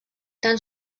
tan